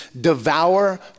devour